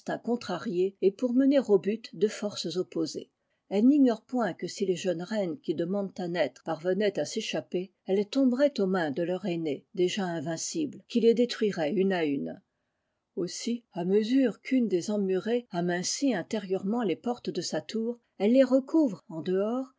contrarié et pour mener au but deux forces opposées elles n'ignorent point que si les jeunes reines qui demandent à naître parvenaient à s'échapper elles tomberaient aux mains de leur aînée déjà invincible qui les détruirait une à une aussi à mesure qu'une des emmurées amincit intérieurement les portes de sa tour elles les recouvrent en dehors